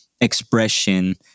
expression